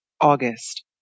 August